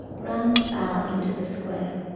runs out into the square.